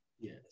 Yes